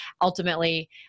ultimately